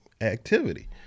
activity